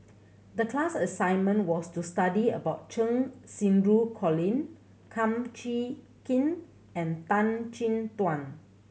the class assignment was to study about Cheng Xinru Colin Kum Chee Kin and Tan Chin Tuan